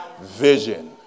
Vision